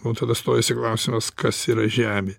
mum tada stojasi klausimas kas yra žemė